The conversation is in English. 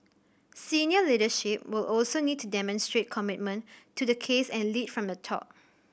senior leadership will also need to demonstrate commitment to the case and lead from the top